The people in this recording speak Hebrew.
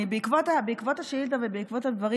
בעקבות השאילתה ובעקבות הדברים,